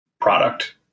product